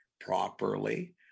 properly